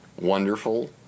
wonderful